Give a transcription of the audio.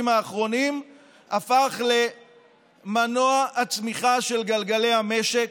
האחרונים הפך למנוע הצמיחה של גלגלי המשק,